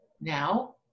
Now